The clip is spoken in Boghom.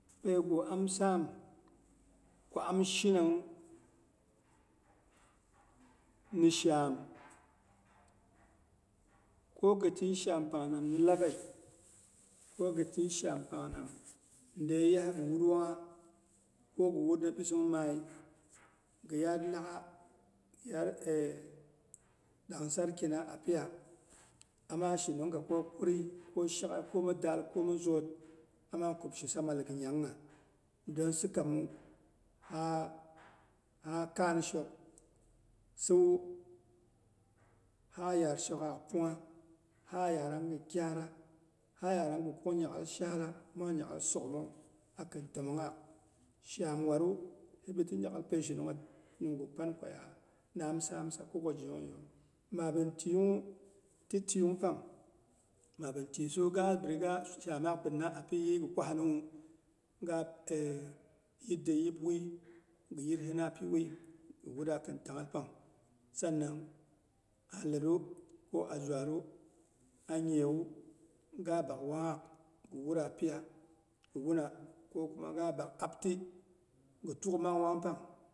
Yegu am saam ko am shinawu, ni shaam. Kogi tɨi shaam pangnam ni labei kogɨ tɨi shaam pang nam bde yiya gɨ wur wangha, ko gɨ wud bisung mai gɨ yaad nakgha, gɨ yad dangsarkina apiya ama shinunga ko kuri ko shaghei ko mi daal ko mi voot, ama kubshisa maler nyangha. Ha yar shokgaak pungngha ha yarang gɨ kyara, ha yarang gɨ kuk nya'ghal shaala mang nya'ghal so'ghomang akin t1mongnhaak. shaam waru, hibiti nya'ghal peishinung nyet gu panko ya amsam sa kogwaki zheyongyeiyu. Mabɨn tiyungnwu, ti tiyungpang mabin tisiwu gabiriga ti shamaak binna a pi yɨiy gɨ kwahinawu ga yit de yip wui, ghi yirhina piwui, ghi wutda khin tanghal pang. Sanang a leru ko azhuaru, anyiyewu, ga bak wangnyaak gɨ wura piya gɨ wuna, ko kuma ga bak apti gɨ tukya mang wangpang